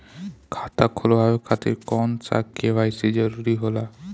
खाता खोलवाये खातिर कौन सा के.वाइ.सी जरूरी होला?